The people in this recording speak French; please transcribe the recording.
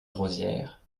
rosières